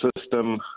system